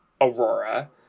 Aurora